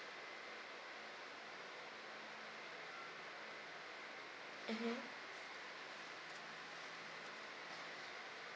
mmhmm